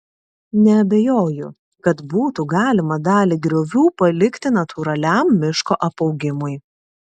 neabejoju kad būtų galima dalį griovių palikti natūraliam miško apaugimui